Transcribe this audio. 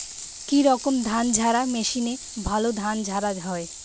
কি রকম ধানঝাড়া মেশিনে ভালো ধান ঝাড়া হয়?